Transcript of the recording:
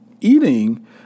eating